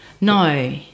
No